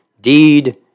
deed